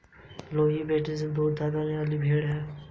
लोही भेड़ ज्यादा दूध देने वाली भेड़ है